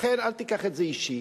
לכן, אל תיקח את זה אישי,